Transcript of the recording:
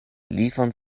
liefern